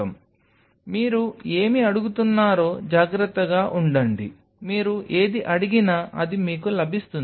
కాబట్టి మీరు ఏమి అడుగుతున్నారో జాగ్రత్తగా ఉండండి మీరు ఏది అడిగినా అది మీకు లభిస్తుంది